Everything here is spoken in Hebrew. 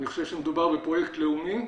ואני חושב שמדובר בפרויקט לאומי,